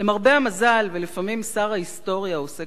למרבה המזל, לפעמים שר ההיסטוריה עושה